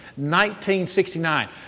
1969